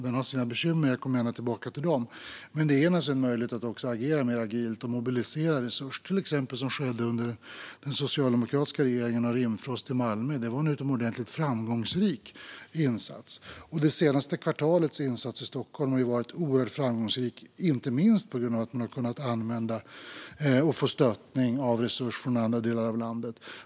Den har sina bekymmer - jag kommer gärna tillbaka till dem - men den ger en möjlighet att agera mer agilt och mobilisera resurser, till exempel på det sätt som man gjorde under Rimfrost i Malmö under den socialdemokratiska regeringen. Det var en utomordentligt framgångsrik insats. Det senaste kvartalets insats i Stockholm har varit oerhört framgångsrik, inte minst på grund av att man har kunnat använda och få stöttning av resurser från andra delar av landet.